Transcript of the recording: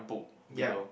ya